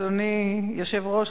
אדוני היושב-ראש,